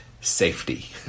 safety